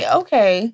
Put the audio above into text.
okay